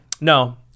No